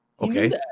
Okay